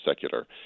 secular